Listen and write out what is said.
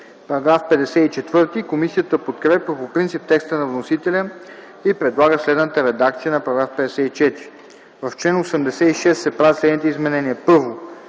ДИМИТРОВ: Комисията подкрепя по принцип текста на вносителя и предлага следната редакция на § 56: „§ 56. В чл. 89 се правят следните изменения: